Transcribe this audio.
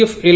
F L